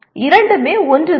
இரண்டுமே ஒன்றுதான்